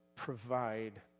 Provide